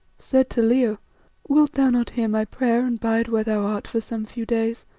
said to leo wilt thou not hear my prayer and bide where thou art for some few days,